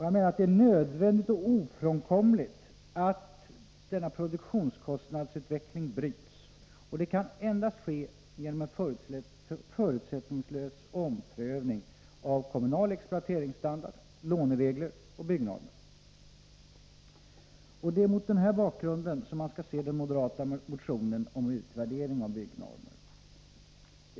Jag menar att det är nödvändigt och ofrånkomligt att denna produktionskostnadsutveckling bryts. Det kan endast ske genom en förutsättningslös omprövning av kommunal exploateringsstandard, låneregler och byggnormer. Det är mot denna bakgrund som man skall se den moderata motionen om utvärdering av byggnormer.